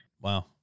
Wow